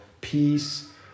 peace